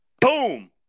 Boom